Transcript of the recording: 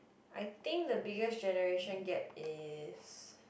I think the biggest generation gap is